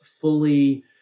fully